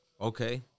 Okay